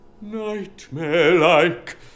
nightmare-like